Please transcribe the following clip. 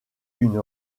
une